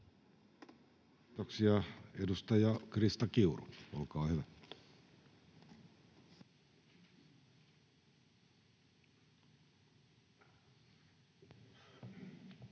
Kiitoksia. — Edustaja Krista Kiuru, olkaa hyvä.